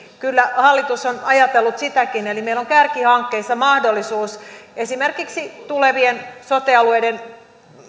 kyllä hallitus on ajatellut sitäkin eli meillä on kärkihankkeissa mahdollisuus esimerkiksi tulevien sote alueiden